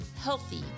healthy